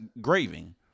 graving